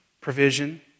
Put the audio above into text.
provision